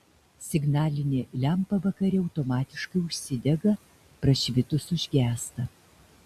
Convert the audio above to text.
signalinė lempa vakare automatiškai užsidega prašvitus užgęsta